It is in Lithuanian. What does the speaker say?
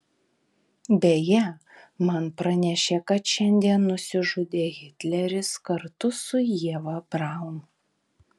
beje man pranešė kad šiandien nusižudė hitleris kartu su ieva braun